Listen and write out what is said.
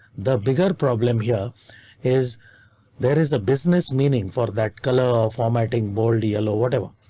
the bigger problem here is there is a business meaning for that color of formatting. bold yellow, whatever.